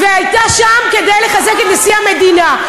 והייתה שם כדי לחזק את נשיא המדינה.